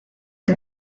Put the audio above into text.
que